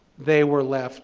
they were left